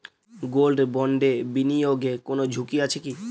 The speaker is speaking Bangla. গোল্ড বন্ডে বিনিয়োগে কোন ঝুঁকি আছে কি?